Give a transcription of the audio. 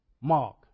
Mark